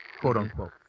quote-unquote